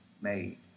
made